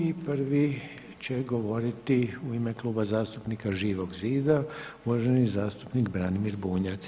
I prvi će govoriti u ime Kluba zastupnika Živog zida uvaženi zastupnik Branimir Bunjac.